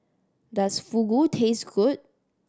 does Fugu taste good